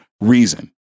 reason